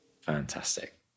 fantastic